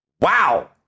Wow